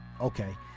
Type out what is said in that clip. Okay